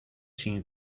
sin